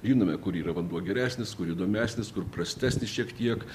žinome kur yra vanduo geresnis kur įdomesnis kur prastesnis šiek tiek